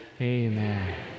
amen